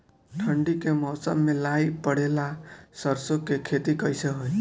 ठंडी के मौसम में लाई पड़े ला सरसो के खेती कइसे होई?